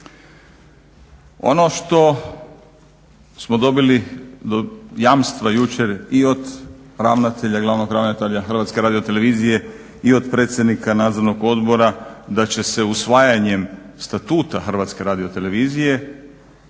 Ono što smo dobili jamstva jučer i od ravnatelja, glavnog ravnatelja Hrvatske radiotelevizije i od predsjednika Nadzornog odbora da će se usvajanjem Statuta Hrvatske radiotelevizije